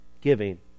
giving